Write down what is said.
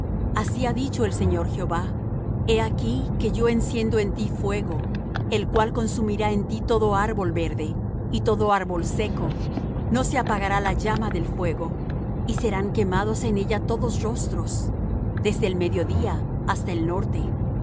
así ha dicho el señor jehová he aquí que yo enciendo en ti fuego el cual consumirá en ti todo árbol verde y todo árbol seco no se apagará la llama del fuego y serán quemados en ella todos rostros desde el mediodía hasta el norte